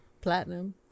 Platinum